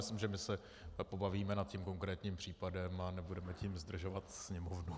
Myslím, že se pobavíme nad tím konkrétním případem a nebudeme tím zdržovat Sněmovnu.